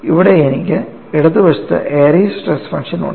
ഇവിടെ എനിക്ക് ഇടത് വശത്ത് എറിസ് സ്ട്രെസ് ഫംഗ്ഷൻ ഉണ്ട്